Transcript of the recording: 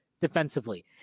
defensively